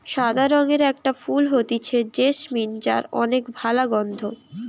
সাদা রঙের একটা ফুল হতিছে জেসমিন যার অনেক ভালা গন্ধ